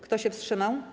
Kto się wstrzymał?